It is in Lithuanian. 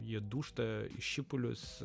jie dūžta į šipulius